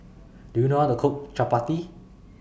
Do YOU know How to Cook Chapati